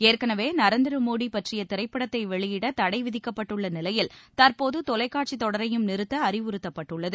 ஏற்கனவே நரேந்திர மோடி பற்றிய திரைப்படத்தை வெளியிட தடை விதிக்கப்பட்டுள்ள நிலையில் தற்போது தொலைக்காட்சித் தொடரையும் நிறுத்த அறிவுறுத்தப்பட்டுள்ளது